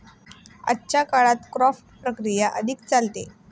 आजच्या काळात क्राफ्ट प्रक्रिया अधिक चालते